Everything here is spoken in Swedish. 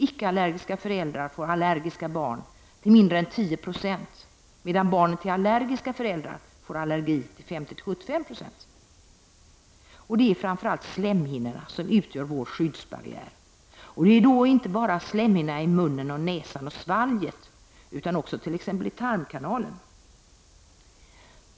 Icke-allergiska föräldrar får allergiska barn till mindre än 10 96, medan barnen till allergiska föräldrar får allergi till 50-75 20. Det är framför allt slemhinnorna som utgör vår skyddsbarriär, och det är då inte bara slemhinnorna i munnen, näsan och svalget utan också i t.ex. tarmkanalen.